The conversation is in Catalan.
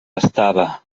estava